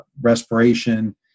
respiration